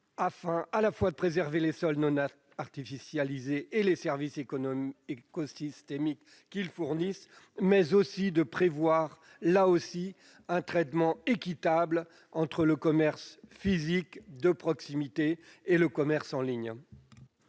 afin de préserver les sols non artificialisés et les services écosystémiques qu'ils fournissent, mais aussi de prévoir un traitement équitable entre le commerce physique de proximité et le commerce en ligne.